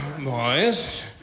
boys